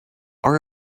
are